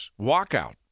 walkout